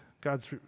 God's